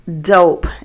dope